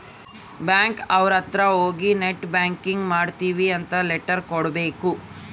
bank ಅವ್ರ ಅತ್ರ ಹೋಗಿ ನೆಟ್ ಬ್ಯಾಂಕಿಂಗ್ ಮಾಡ್ತೀವಿ ಅಂತ ಲೆಟರ್ ಕೊಡ್ಬೇಕು